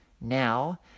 Now